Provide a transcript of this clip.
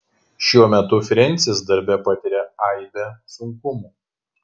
šiuo metu frensis darbe patiria aibę sunkumų